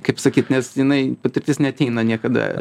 kaip sakyt nes jinai patirtis neateina niekada